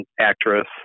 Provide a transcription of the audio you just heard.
actress